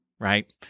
Right